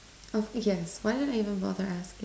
of yes why do I even bother asking